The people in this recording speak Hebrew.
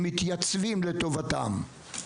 שמתייצבים לטובתם.